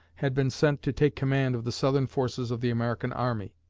had been sent to take command of the southern forces of the american army.